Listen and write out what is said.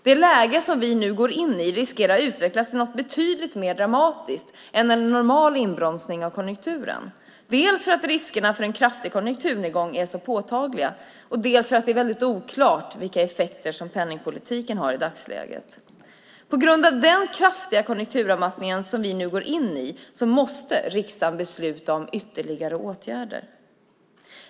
Det läge som vi nu går in i riskerar att utvecklas till något betydligt mer dramatiskt än en normal inbromsning av konjunkturen, dels för att riskerna för en kraftig konjunkturnedgång är så påtagliga, dels för att det är väldigt oklart vilka effekter som penningpolitiken har i dagsläget. På grund av den kraftiga konjunkturavmattning som vi nu går in i måste riksdagen besluta om ytterligare åtgärder.